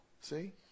see